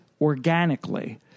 organically